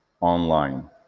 online